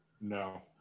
no